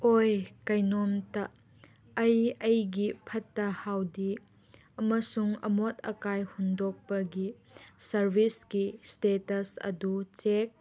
ꯑꯣꯏ ꯀꯩꯅꯣꯝꯇ ꯑꯩ ꯑꯩꯒꯤ ꯐꯠꯇ ꯍꯥꯎꯗꯤ ꯑꯃꯁꯨꯡ ꯑꯃꯣꯠ ꯑꯀꯥꯏ ꯍꯨꯟꯗꯣꯛꯄꯒꯤ ꯁꯥꯔꯕꯤꯁꯀꯤ ꯏꯁꯇꯦꯇꯁ ꯑꯗꯨ ꯆꯦꯛ